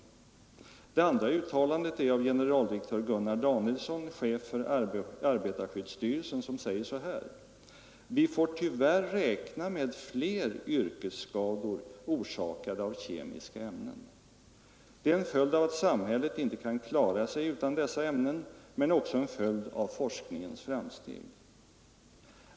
Det andra uttalandet är av generaldirektör Gunnar Danielsson, chef för arbetarskyddsstyrelsen. Han säger så här: ”Vi får tyvärr räkna med fler yrkesskador orsakade av kemiska ämnen. Det är en följd av att samhället inte kan klara sig utan dessa ämnen, men också en följd av forskningens framsteg.